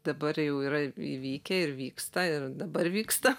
dabar jau yra įvykę ir vyksta ir dabar vyksta